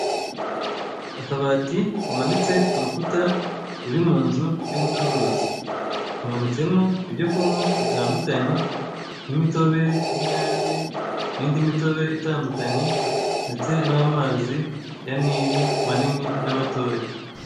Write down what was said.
Akabati kamanitse ku rukuta ruri mu nzu y'ubucuruzi, kamanitsemo ibyo kunywa bitandukanye, imitobe n'inyange, n'indi mitobe itandukanye, ndetse n'amazi ya Nile manini n'amatoya.